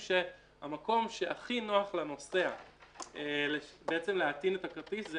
המקום שהכי נוח לנוסע בעצם להטעין את הכרטיס זה